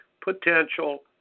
potential